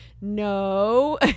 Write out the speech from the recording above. no